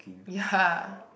ya